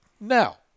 now